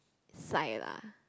Sai lah